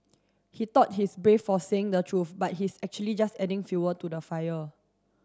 he thought he's brave for saying the truth but he's actually just adding fuel to the fire